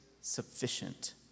sufficient